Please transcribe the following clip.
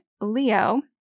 Leo